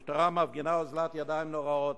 המשטרה מפגינה אוזלת יד נוראית.